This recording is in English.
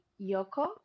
Yoko